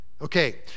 Okay